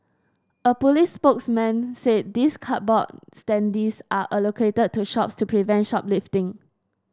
a police spokesman said these cardboard standees are allocated to shops to prevent shoplifting